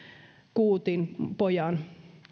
kuutinpojan